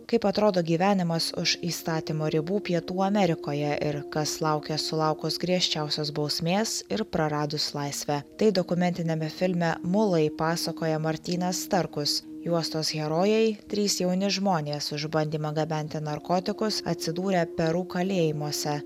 kaip atrodo gyvenimas už įstatymo ribų pietų amerikoje ir kas laukia sulaukus griežčiausios bausmės ir praradus laisvę tai dokumentiniame filme mulai pasakoja martynas starkus juostos herojai trys jauni žmonės už bandymą gabenti narkotikus atsidūrę peru kalėjimuose